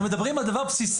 אנחנו מדברים על דבר בסיסי.